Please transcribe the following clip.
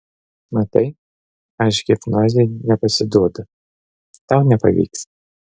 matai aš hipnozei nepasiduodu tau nepavyks